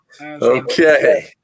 Okay